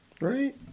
Right